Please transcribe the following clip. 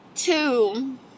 Two